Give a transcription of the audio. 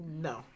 No